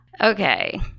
okay